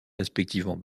respectivement